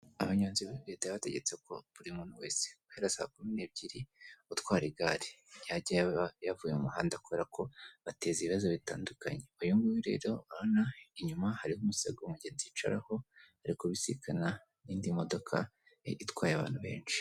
Abanyonzi leta yabategetse ko, buri muntu wese guhera saa kumi n'ebyiri utwara igare, yajya aba yavuye muhanda, kubera ko bateza ibibazo bitandukanye. Uyu nguyu rero, urabona inyuma hariho umusego umugenzi yicaraho, ari kubisikana n'indi modoka itwaye abantu benshi